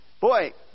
boy